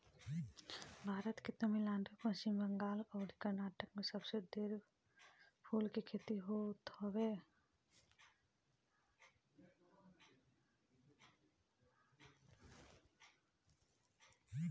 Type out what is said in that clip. भारत के तमिलनाडु, पश्चिम बंगाल अउरी कर्नाटक में सबसे ढेर फूल के खेती होत हवे